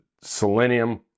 selenium